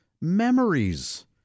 memories